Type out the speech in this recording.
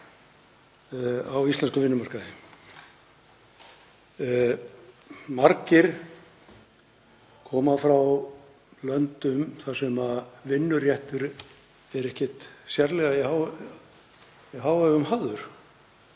á íslenskum vinnumarkaði. Margir koma frá löndum þar sem vinnuréttur er ekkert sérlega í hávegum hafður.